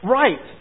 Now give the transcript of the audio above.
right